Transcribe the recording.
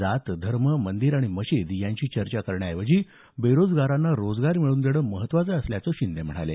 जात धर्म मंदिर आणि मशीद यांची चर्चा करण्याऐवजी बेरोजगारांना रोजगार मिळवून देणं महत्त्वाचं असल्याचं शिंदे म्हणाले